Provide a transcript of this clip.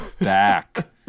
back